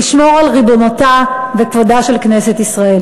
לשמור על ריבונותה וכבודה של כנסת ישראל.